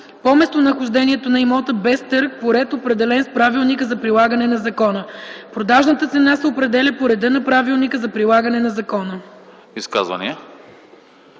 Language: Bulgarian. по местонахождението на имота без търг по ред, определен с правилника за прилагане на закона. Продажната цена се определя по реда на правилника за прилагане на закона.”